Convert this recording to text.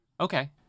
Okay